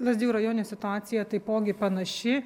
lazdijų rajone situacija taipogi panaši